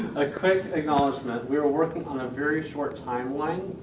a quick acknowledgement, we were working on a very short timeline,